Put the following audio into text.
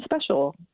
special